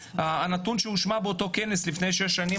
הנתון שהושמע באותו כנס לפני שש שנים,